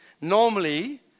normally